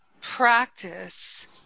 practice